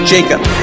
Jacob